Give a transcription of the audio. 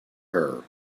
her